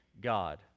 God